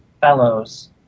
fellows